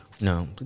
No